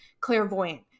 clairvoyant